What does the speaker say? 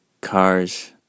cars